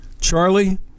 Charlie